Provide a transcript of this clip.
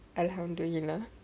alhamdulillah